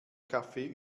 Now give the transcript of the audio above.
kaffee